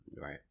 Right